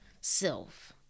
self